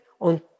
on